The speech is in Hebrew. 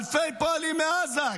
אלפי פועלים מעזה,